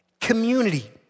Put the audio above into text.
Community